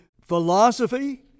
philosophy